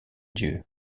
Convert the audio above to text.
dieu